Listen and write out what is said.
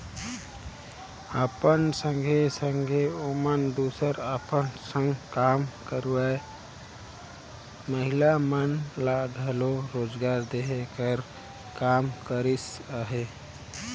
अपन संघे संघे ओमन दूसर अपन संग काम करोइया महिला मन ल घलो रोजगार देहे कर काम करिस अहे